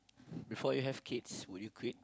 before you have kids will you quit